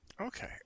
Okay